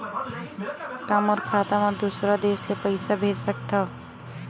का मोर खाता म दूसरा देश ले पईसा भेज सकथव?